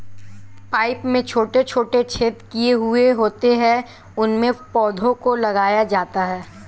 pipe में छोटे छोटे छेद किए हुए होते हैं उनमें पौधों को लगाया जाता है